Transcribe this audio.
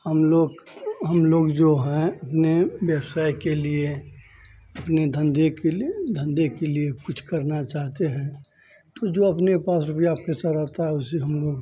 हमलोग हमलोग जो हैं अपने व्यवसाय के लिए अपने धन्धे के लिए धन्धे के लिए कुछ करना चाहते हैं तो जो अपने पास रुपया पैसा रहता है उससे हमलोग